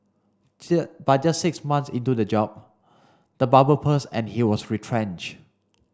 but just six months into the job the bubble burst and he was retrenched